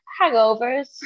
Hangovers